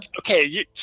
okay